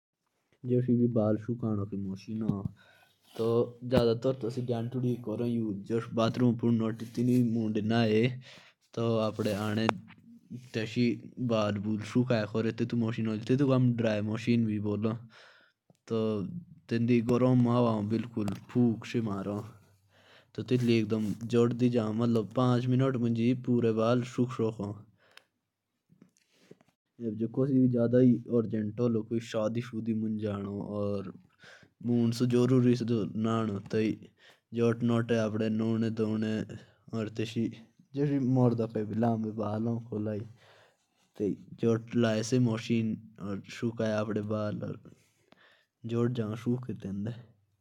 जो वो बाल सुकानकी मशीन होती है तो वो जल्दी में ही बाल सूखा देती है।